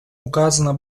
указано